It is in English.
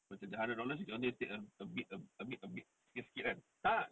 macam the hundred dollars you can only take a bit a bit a bit sikit-sikit kan